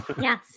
Yes